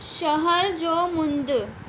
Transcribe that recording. शहर जो मुंदि